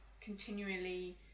continually